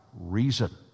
reason